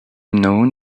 known